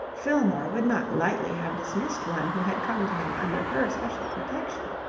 fillmore would not lightly have dismissed one who had come to him under her special protection.